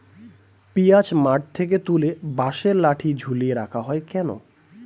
পিঁয়াজ মাঠ থেকে তুলে বাঁশের লাঠি ঝুলিয়ে রাখা হয় কেন?